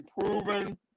improving